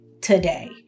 today